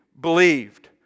believed